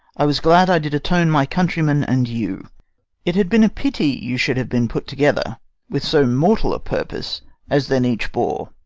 i was glad i did atone my countryman and you it had been pity you should have been put together with so mortal a purpose as then each bore,